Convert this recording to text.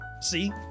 see